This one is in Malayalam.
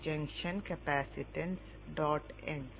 junction capacitance dot ends